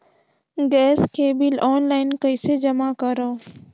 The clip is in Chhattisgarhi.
गैस के बिल ऑनलाइन कइसे जमा करव?